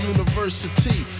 University